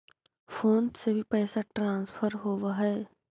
Phone से भी पैसा ट्रांसफर होवहै?